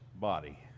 body